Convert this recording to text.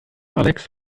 alex